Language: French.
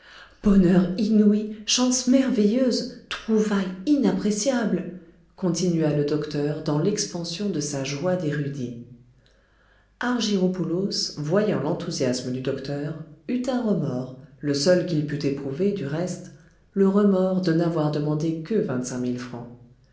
bonheur inouï chance merveilleuse trouvaille inappréciable continua le docteur dans l'expansion de sa joie d'érudit argyropoulos voyant l'enthousiasme du docteur eut un remords le seul qu'il pût éprouver du reste le remords de n'avoir demandé que vingt-cinq mille francs